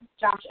Josh